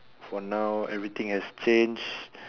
for now everything has changed